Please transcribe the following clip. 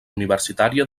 universitària